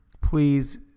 please